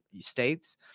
states